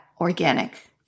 organic